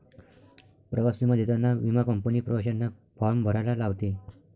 प्रवास विमा देताना विमा कंपनी प्रवाशांना फॉर्म भरायला लावते